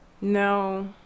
No